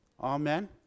Amen